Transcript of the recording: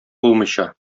булмыйча